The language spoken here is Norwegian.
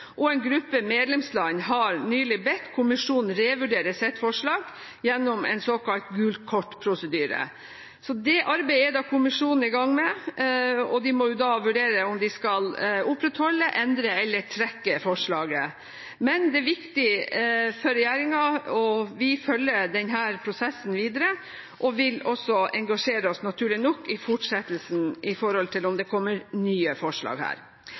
og en gruppe medlemsland har nylig bedt kommisjonen revurdere sitt forslag gjennom en såkalt gult kort-prosedyre. Så det arbeidet er kommisjonen i gang med, og de må vurdere om de skal opprettholde, endre eller trekke forslaget. Men det er viktig for regjeringen, og vi følger denne prosessen videre og vil også engasjere oss, naturlig nok, i fortsettelsen i forhold til om det kommer nye forslag her.